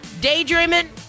daydreaming